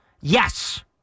Yes